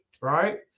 right